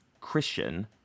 christian